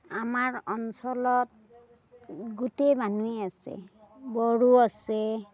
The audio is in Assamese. আমাৰ অঞ্চলত গোটেই মানুহেই আছে বড়ো আছে